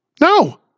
No